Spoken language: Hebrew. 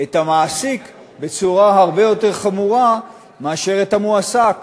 את המעסיק בצורה הרבה יותר חמורה מאשר את המועסק,